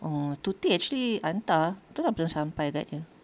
orh Tuty actually hantar tu lah belum sampai agaknya